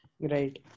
Right